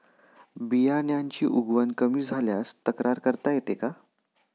बियाण्यांची उगवण कमी झाल्यास तक्रार करता येते का?